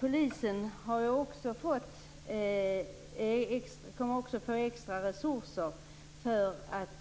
Polisen kommer också att få extra resurser för att